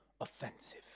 offensive